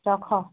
ରଖ